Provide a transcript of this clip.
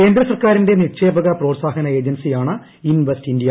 കേന്ദ്ര സർക്കാരിന്റെ നിക്ഷേപക പ്രോത്സാഹന ഏജൻസിയാണ് ഇൻവെസ്റ്റ് ഇന്ത്യ